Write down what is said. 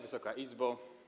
Wysoka Izbo!